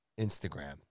Instagram